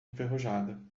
enferrujada